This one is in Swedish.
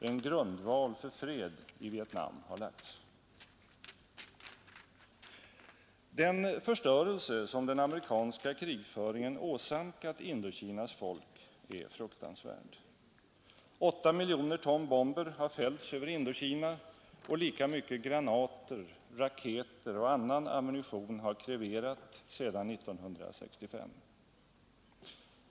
En grundval för fred i Vietnam har lagts. Den förstörelse som den amerikanska krigföringen åsamkat Indokinas folk är fruktansvärd. 8 miljoner ton bomber har fällts över Indokina och lika mycket granater, raketer och annan ammunition har kreverat sedan 1965.